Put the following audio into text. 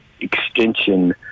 extension